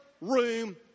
room